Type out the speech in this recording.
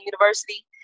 University